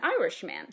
Irishman